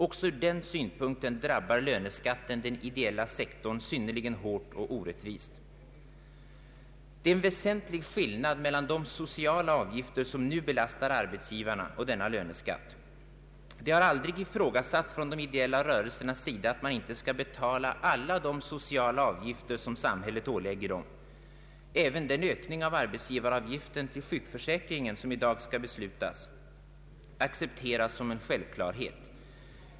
Också ur denna synpunkt drabbar löneskatten den ideella sektorn synnerligen hårt och orättvist. Det är en väsentlig skillnad mellan de sociala avgifter som nu belastar arbetsgivarna och denna löneskatt. Det har aldrig ifrågasatts från de ideella rörelsernas sida, att man inte skall betala alla de sociala avgifter som samhället ålägger dem. Även den ökning av arbetsgivaravgiften till sjukförsäkringen som i dag skall beslutas accepteras som en självklarhet.